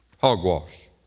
Hogwash